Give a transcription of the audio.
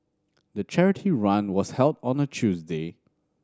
the charity run was held on a Tuesday